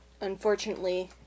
unfortunately